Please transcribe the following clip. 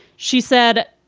she said.